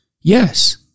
yes